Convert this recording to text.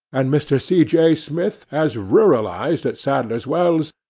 and mr. c. j. smith has ruralised at sadler's wells,